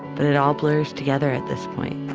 but it all blurs together at this point,